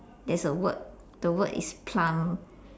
there's a word the word is plum